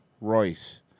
Royce